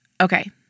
Okay